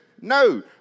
No